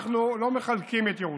אנחנו לא מחלקים את ירושלים,